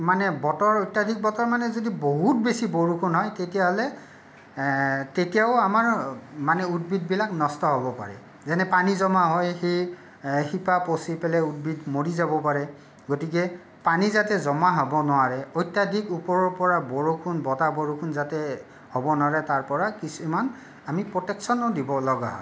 বতৰ মানে অত্যাধিক বতৰ মানে যদি বহুত বেছি বৰষুণ হয় তেতিয়াহ'লে তেতিয়াও আমাৰ মানে উদ্ভিদবিলাক নষ্ট হ'ব পাৰে যেনে পানী জমা হৈ সেই শিপা পঁচি পেলাই উদ্ভিদ মৰি যাব পাৰে গতিকে পানী যাতে জমা হ'ব নোৱাৰে অত্যাধিক ওপৰৰ পৰা বৰষুণ বতাহ বৰষুণ যাতে হ'ব নোৱাৰে তাৰপৰা কিছুমান আমি প্ৰটেকশ্যনো দিব লগা হয়